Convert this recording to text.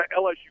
LSU